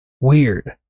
weird